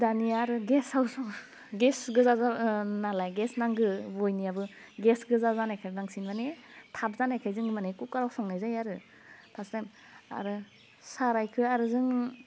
दानिया आरो गेसाव संनाय गेस गोजा नालाय गेस नांगौ बयनियाबो गेस गोजा जानायखाय बांसिन मानि थाब जानायखाय जों मानि कुकाराव संनाय जायो आरो फारसेथिं आरो साराइखौ आरो जों